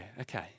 okay